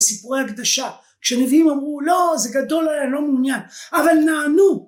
סיפורי הקדשה כשנביאים אמרו לא זה גדול עליי, לא מעוניין, אבל נענו